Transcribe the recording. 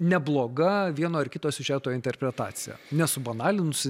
nebloga vieno ar kito siužeto interpretacija nesubanalinusi